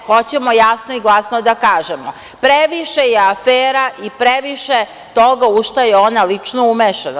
Hoćemo jasno i glasno da kažemo – previše je afera i previše toga u šta je ona lično umešana.